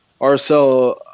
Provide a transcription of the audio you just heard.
RSL